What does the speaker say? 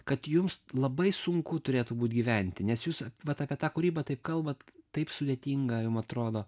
kad jums labai sunku turėtų būt gyventi nes jūs vat apie tą kūrybą taip kalbat taip sudėtinga jum atrodo